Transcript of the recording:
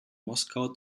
moskau